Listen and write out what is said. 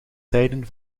tijden